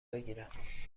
بگیرم